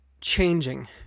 changing